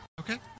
Okay